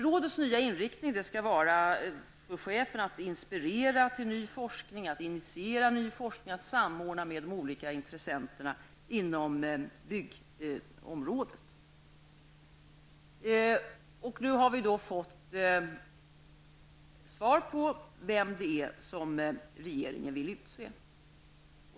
Rådets nya inriktning skall vara att inspirera till ny forskning, att initiera ny forskning och att samordna mellan de olika intressenterna inom byggområdet. Nu har vi fått svar på vem det är som regeringen vill utse.